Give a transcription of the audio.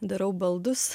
darau baldus